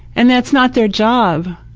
and that's not their job.